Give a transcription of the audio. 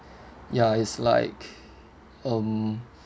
ya it's like um